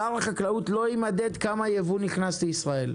שר החקלאות לא יימדד כמה ייבוא נכנס לישראל,